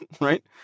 right